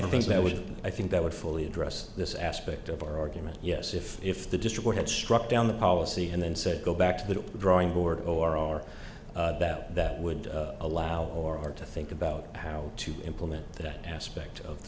think that would i think that would fully address this aspect of our organ yes if if the district had struck down the policy and then said go back to the drawing board or that that would allow or to think about how to implement that aspect of the